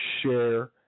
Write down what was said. share